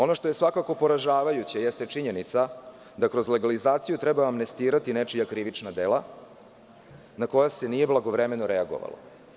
Ono što je svakako poražavajuće jeste činjenica da kroz legalizaciju treba amnestirati nečija krivična dela na koje se nije blagovremeno reagovalo.